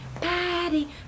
Patty